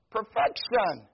Perfection